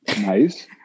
Nice